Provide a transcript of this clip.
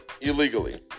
illegally